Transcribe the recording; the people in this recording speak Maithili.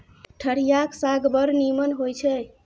ठढियाक साग बड़ नीमन होए छै